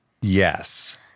Yes